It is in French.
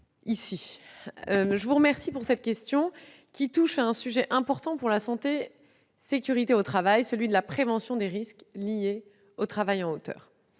matin. Je vous remercie de cette question, qui touche à un sujet important pour la santé et la sécurité au travail, celui de la prévention des risques liés au travail en hauteur.